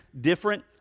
different